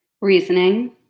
Reasoning